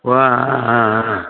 ஓ ஆ ஆ ஆ